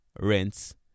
rinse